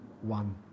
one